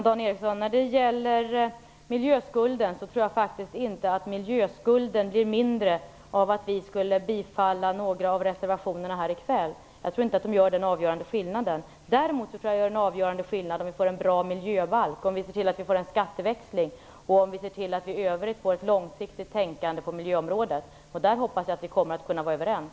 Herr talman! Dan Ericsson! Jag tror faktiskt inte att miljöskulden blir mindre av att vi bifaller några av reservationerna här i kväll. Jag tror inte att de är avgörande. Däremot tror jag att det är avgörande att vi får en bra miljöbalk, en skatteväxling och i övrigt ett långsiktigt tänkande på miljöområdet. I det avseendet hoppas jag att vi kommer att kunna vara överens.